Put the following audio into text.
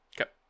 okay